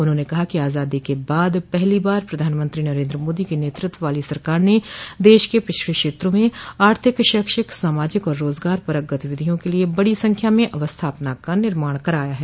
उन्होंने कहा कि आजादी के बाद पहली बार प्रधानमंत्री नरेन्द्र मोदी के नेतृत्व वाली सरकार ने देश के पिछड़े क्षेत्रों में आर्थिक शैक्षिक सामाजिक और रोजगार परक गतिविधियों के लिये बड़ी संख्या में अवस्थापना का निर्माण कराया है